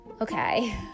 okay